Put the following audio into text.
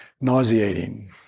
nauseating